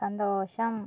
സന്തോഷം